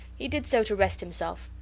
he did so to rest himself.